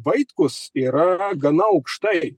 vaitkus yra gana aukštai